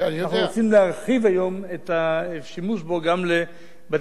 אנחנו רוצים להרחיב היום את השימוש בו גם לבתי-ספר